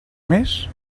més